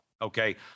okay